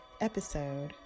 episode